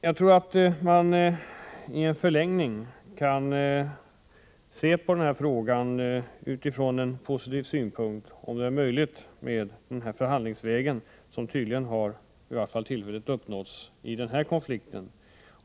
Jag tror att man i förlängningen av den nuvarande situationen kan ha den positiva synpunkten att det skall vara möjligt att komma fram förhandlingsvägen, något som tydligen — i varje fall tillfälligtvis — kunnat ske i denna konflikt.